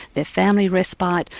their family respite,